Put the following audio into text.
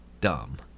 dumb